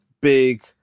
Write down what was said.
big